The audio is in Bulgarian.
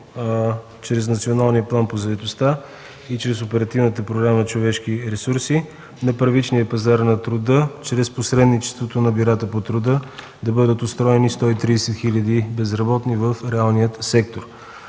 чрез Националния план по заетостта и чрез Оперативната програма „Човешки ресурси” на първичния пазар на труда чрез посредничеството на бюрата по труда, е да бъдат устроени 130 хиляди безработни в реалния сектор.